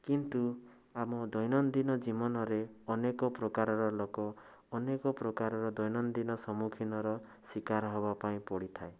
କିନ୍ତୁ ଆମ ଦୈନଦିନ ଜୀବନରେ ଅନେକ ପ୍ରକାରର ଲୋକ ଅନେକ ପ୍ରକାରର ଦୈନଦିନ ସମ୍ମୁଖୀନର ଶିକାର ହେବା ପାଇଁ ପଡ଼ିଥାଏ